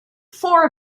four